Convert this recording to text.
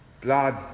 blood